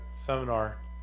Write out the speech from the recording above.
seminar